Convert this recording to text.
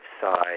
side